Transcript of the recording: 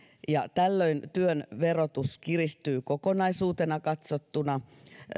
tällöin työn verotus kiristyy kokonaisuutena katsottuna